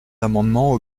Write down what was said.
amendement